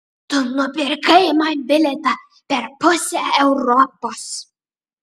tu nupirkai man bilietą per pusę europos